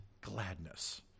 gladness